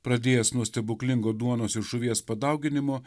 pradėjęs nuo stebuklingo duonos ir žuvies padauginimo